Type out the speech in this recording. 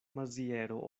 maziero